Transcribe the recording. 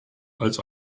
als